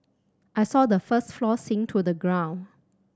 I saw the first floor sink into the ground